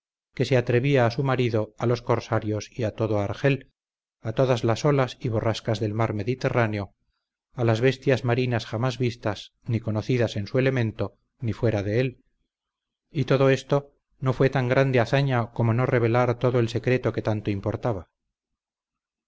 que se atrevía a su marido a los corsarios y a todo argel a todas las olas y borrascas del mar mediterráneo a las bestias marinas jamás vistas ni conocidas en su elemento ni fuera de él y todo esto no fue tan grande hazaña como no revelar todo el secreto que tanto importaba